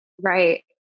Right